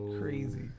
crazy